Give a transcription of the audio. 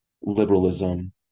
liberalism